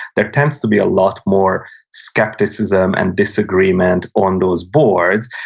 there tends to be a lot more skepticism and disagreement on those boards,